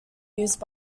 used